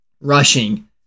Rushing